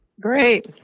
Great